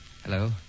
Hello